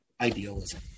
idealism